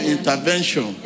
Intervention